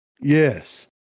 Yes